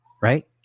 Right